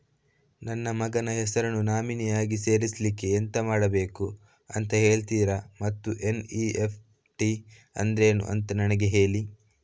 ನನ್ನ ಮಗನ ಹೆಸರನ್ನು ನಾಮಿನಿ ಆಗಿ ಸೇರಿಸ್ಲಿಕ್ಕೆ ಎಂತ ಮಾಡಬೇಕು ಅಂತ ಹೇಳ್ತೀರಾ ಮತ್ತು ಎನ್.ಇ.ಎಫ್.ಟಿ ಅಂದ್ರೇನು ಅಂತ ನನಗೆ ಹೇಳಿ